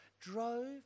drove